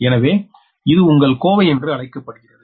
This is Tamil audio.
எனவே இது உங்கள் கோவை என்று அழைக்கப்படுகிறது